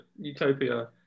utopia